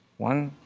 one?